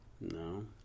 No